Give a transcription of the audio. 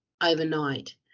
overnight